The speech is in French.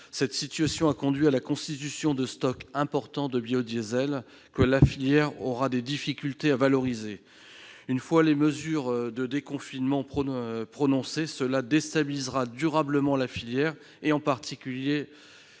Cette situation a conduit à la constitution de stocks importants de biodiesel, que la filière aura des difficultés à valoriser. Une fois les mesures de déconfinement prononcées, cela déstabilisera durablement la filière ainsi, bien